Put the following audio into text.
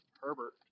Herbert